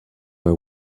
are